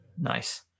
Nice